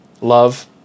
love